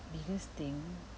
biggest thing